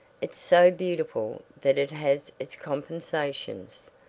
it's so beautiful that it has its compensations,